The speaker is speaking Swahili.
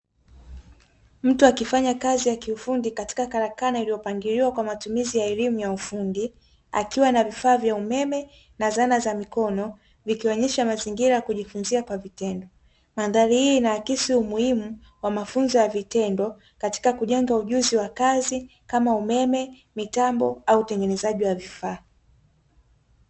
Mtu akifanya kazi ya kiufundi katika karakana iliyopangiliwa kwa matumizi ya elimu ya ufundi, akiwa na vifaa vya umeme na zana za mikono. Vikionyesha mazingira ya kujifunzia kwa vitendo. Mandhari hii inaakisi umuhimu wa mafunzo ya vitendo katika kujenga ujuzi wa kazi kama umeme, mitambo au utengenezaji wa vifaa.